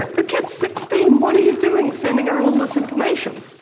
the kid's sixteen, what are you doing sending her all this information?